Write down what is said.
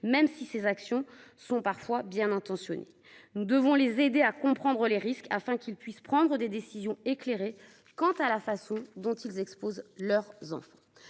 même si ces actions sont bien intentionnées. Nous devons les aider à comprendre les risques afin qu'ils prennent des décisions éclairées quant à la façon dont ils exposent leurs enfants.